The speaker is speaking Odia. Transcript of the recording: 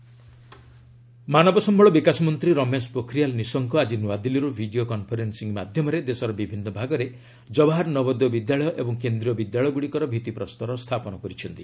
କେଏନ୍ଭି କେଭି ଇନାଗୁରେସନ୍ ମାନବ ସମ୍ଭଳ ବିକାଶ ମନ୍ତ୍ରୀ ରମେଶ ପୋଖରିୟାଲ୍ ନିଶଙ୍କ ଆଜି ନୂଆଦିଲ୍ଲୀରୁ ଭିଡ଼ିଓ କନ୍ଫରେନ୍ସିଂ ମାଧ୍ୟମରେ ଦେଶର ବିଭିନ୍ନ ଭାଗରେ ଜବାହାର ନବୋଦୟ ବିଦ୍ୟାଳୟ ଓ କେନ୍ଦ୍ରୀୟ ବିଦ୍ୟାଳୟଗ୍ରଡ଼ିକର ଭିତ୍ତିପ୍ରସ୍ତର ସ୍ଥାପନ କରିଛନ୍ତି